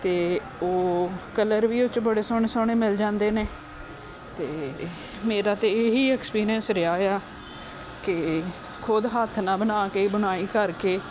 ਅਤੇ ਉਹ ਕਲਰ ਵੀ ਉਹ 'ਚ ਬੜੇ ਸੋਹਣੇ ਸੋਹਣੇ ਮਿਲ ਜਾਂਦੇ ਨੇ ਅਤੇ ਮੇਰਾ ਤਾਂ ਇਹੀ ਐਕਸਪੀਰੀਅੰਸ ਰਿਹਾ ਆ ਕਿ ਖੁਦ ਹੱਥ ਨਾਲ ਬਣਾ ਕੇ ਬੁਣਾਈ ਕਰਕੇ